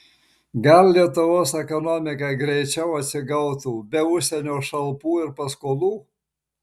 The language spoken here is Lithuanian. gal lietuvos ekonomika greičiau atsigautų be užsienio šalpų ir paskolų